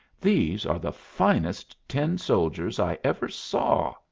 these are the finest tin-soldiers i ever saw!